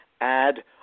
add